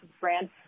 brand